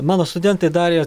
mano studentai darė